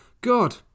God